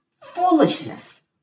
foolishness